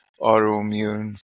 autoimmune